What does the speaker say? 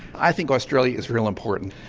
i think australia is real important,